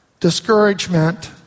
Discouragement